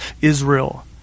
Israel